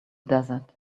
desert